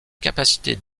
capacité